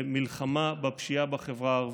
למלחמה בפשיעה בחברה הערבית.